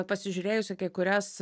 pasižiūrėjus į kai kurias